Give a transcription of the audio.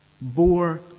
bore